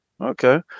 okay